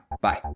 Bye